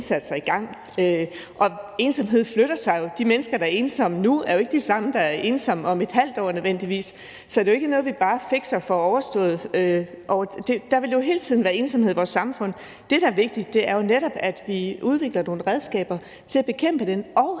indsatser i gang, og ensomhed flytter sig jo. De mennesker, der er ensomme nu, er jo ikke nødvendigvis de samme, der er ensomme om et halvt år. Så det er jo ikke noget, vi bare fikser og får overstået. Der vil jo hele tiden være ensomhed i vores samfund. Det, der er vigtigt, er netop, at vi udvikler nogle redskaber til at bekæmpe det, og